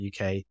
UK